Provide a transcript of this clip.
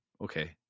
Okay